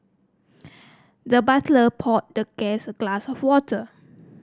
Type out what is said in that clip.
the butler poured the guest a glass of water